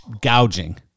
gouging